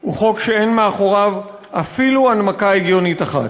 הוא חוק שאין מאחוריו אפילו הנמקה הגיונית אחת.